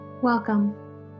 Welcome